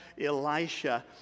Elisha